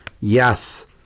Yes